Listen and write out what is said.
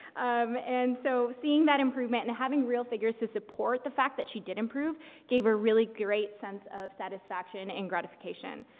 um, and so seeing that improvement and having real figures to support the fact that she did improve gave her a really great sense of satisfaction and gratification.